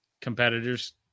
competitors